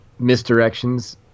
misdirections